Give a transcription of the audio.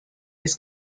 his